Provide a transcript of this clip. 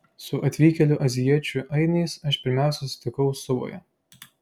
su atvykėlių azijiečių ainiais aš pirmiausia susitikau suvoje